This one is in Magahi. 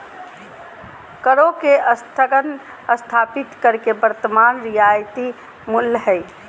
करों के स्थगन स्थगित कर के वर्तमान रियायती मूल्य हइ